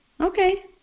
Okay